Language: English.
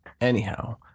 Anyhow